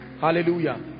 Hallelujah